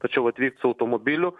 tačiau atvykt su automobiliu